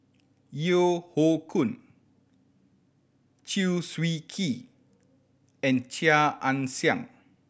Yeo Hoe Koon Chew Swee Kee and Chia Ann Siang